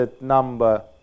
number